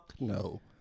no